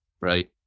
right